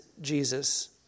Jesus